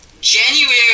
January